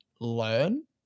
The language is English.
learn